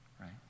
right